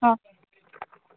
ହଁ